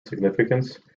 significance